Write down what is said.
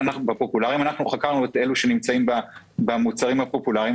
אנחנו חקרנו את אלה שנמצאים במוצרים הפופולריים.